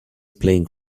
playing